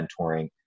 mentoring